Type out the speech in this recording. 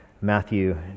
Matthew